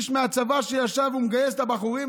איש מהצבא שישב והוא מגייס את הבחורים,